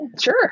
sure